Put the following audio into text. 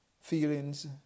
Feelings